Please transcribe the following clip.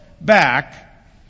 back